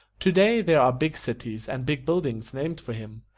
today there are big cities and big buildings named for him,